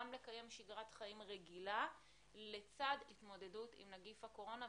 לקיים שגרת חיים רגילה לצד התמודדות עם נגיף הקורונה.